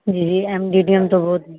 जी G M D D M तो बहुत